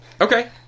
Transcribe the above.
Okay